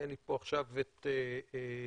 אין לי פה עכשיו את שמו,